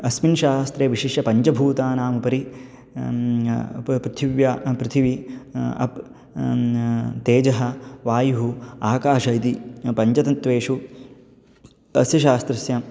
अस्मिन् शास्त्रे विशिष्य पञ्चभूतानाम् उपरि प पृथिव्याः पृथिवी अपः तेजः वायुः आकाशादि पञ्चतत्वेषु अस्य शास्त्रस्य